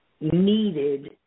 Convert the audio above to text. needed